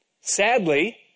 Sadly